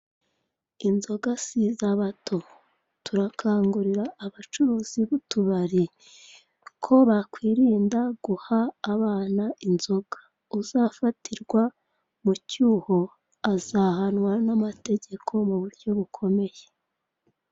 Inzoga si iz'abato! Turakangurira abacuruzi b'utubari ko bakwirinda guha abana inzoga; uzafatirwa mu cyuho, azahanwa n'amategeko mu buryo bukomeye.